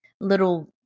little